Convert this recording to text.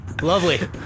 Lovely